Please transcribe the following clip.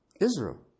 Israel